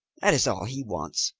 that is all he wants!